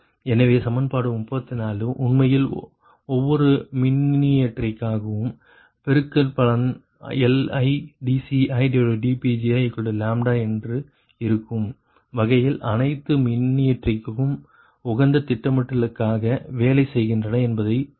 எனவே சமன்பாடு 34 உண்மையில் ஒவ்வொரு மின்னியற்றிக்காகவும் பெருக்கற்பலன் LidCidPgiλ என்று இருக்கும் வகையில் அனைத்து மின்னியற்றிகளும் உகந்த திட்டமிடலுக்காக வேலை செய்கின்றன என்பதை சுட்டிக்காட்டுகிறது